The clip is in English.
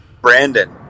brandon